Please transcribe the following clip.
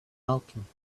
alchemist